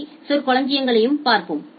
B சொற்களஞ்சியங்களைப் பார்ப்போம்